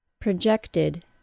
Projected